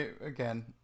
Again